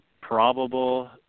probable